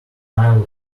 denial